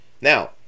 Now